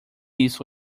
isso